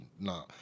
no